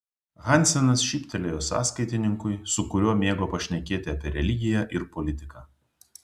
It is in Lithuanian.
hansenas šyptelėjo sąskaitininkui su kuriuo mėgo pašnekėti apie religiją ir politiką